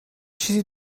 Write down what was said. چیزی